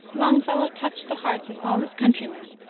longfellow touched the hearts of all his countrymen.